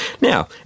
Now